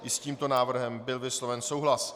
I s tímto návrhem byl vysloven souhlas.